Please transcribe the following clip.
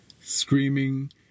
screaming